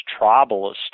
tribalist